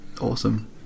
Awesome